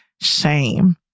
shame